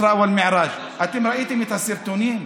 הנביא השמיימה.) אתם ראיתם את הסרטונים?